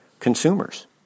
consumers